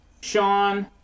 Sean